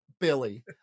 Billy